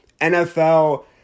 NFL